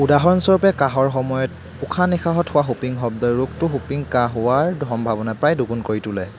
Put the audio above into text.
উদাহৰণস্বৰূপে কাহৰ সময়ত উশাহ নিশাহত হোৱা হুপিং শব্দই ৰোগটো হুপিং কাহ হোৱাৰ সম্ভাৱনা প্ৰায় দুগুণ কৰি তোলে